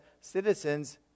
citizens